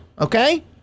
Okay